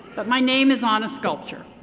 but my name is on a sculpture.